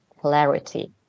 clarity